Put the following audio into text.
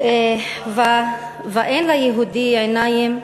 ואין ליהודי עיניים?